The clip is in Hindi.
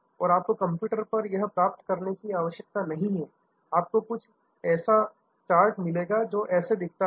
तो आपको कंप्यूटर पर यह प्राप्त करने की आवश्यकता नहीं है आपको कुछ ऐसा चार्ट मिलेगा जो ऐसा दिखता है